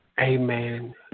Amen